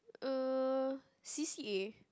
uh C_C_A